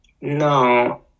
No